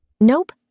Nope